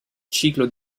ciclo